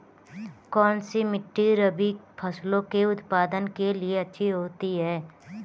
कौनसी मिट्टी रबी फसलों के उत्पादन के लिए अच्छी होती है?